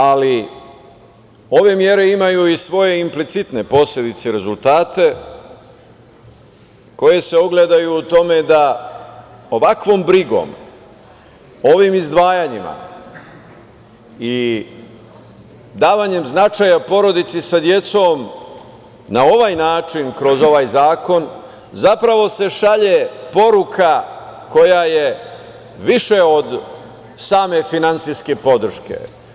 Ali, ove mere imaju i svoje implicitne posledice i rezultate koje se ogledaju u tome da ovakvom brigom, ovim izdvajanjima i davanjem značaja porodici sa decom na ovaj način, kroz ovaj zakon, zapravo se šalje poruka koja je više od same finansijske podrške.